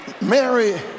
Mary